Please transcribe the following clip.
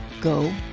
Go